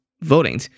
voting